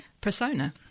persona